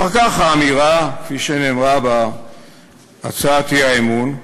אחר כך, האמירה, כפי שנאמרה בהצעת האי-אמון,